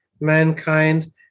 mankind